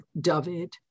David